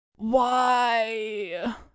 Why